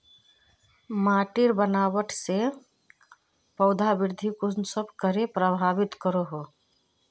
माटिर बनावट से पौधा वृद्धि कुसम करे प्रभावित करो हो?